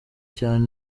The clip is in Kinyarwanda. cyane